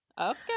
Okay